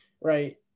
right